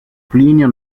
plinio